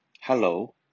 Hello